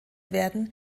werden